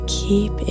keep